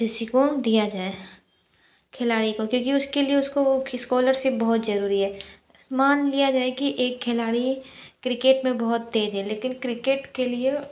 किसी को दिया जाए खिलाड़ी को क्योंकि उसके लिए उसको वो स्कॉलरशिप बहुत जरूरी है मान लिया जाए की एक खिलाड़ी क्रिकेट में बहुत तेज है लेकिन क्रिकेट के लिए